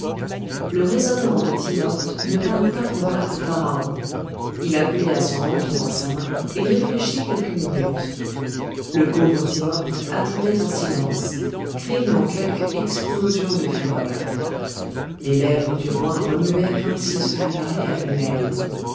le raisonnement de timopht ne parut pas convaincre pharaon il appuya son menton dans sa main et réfléchit quelques minutes le pauvre timopht attendait en silence craignant quelque explosion de fureur les lèvres du roi remuaient comme s'il se fût parlé à lui-même